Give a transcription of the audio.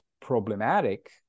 problematic